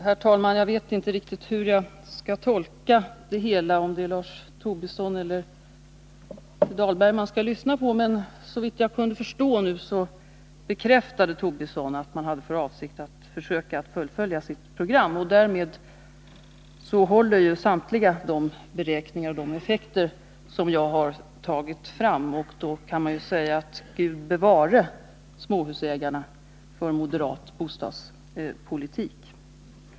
Herr talman! Jag vet inte riktigt om det är Lars Tobisson eller Rolf Dahlberg jag skall lyssna på i den här diskussionen, men såvitt jag kunde förstå bekräftade Lars Tobisson att moderaterna har för avsikt att försöka fullfölja sitt program. Därmed håller samtliga de beräkningar av effekter som jag har tagit fram, och då kan man säga: Gud bevare småhusägarna för en moderat bostadspolitik!